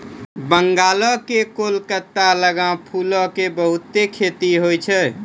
बंगाल के कोलकाता लगां फूलो के बहुते खेती होय छै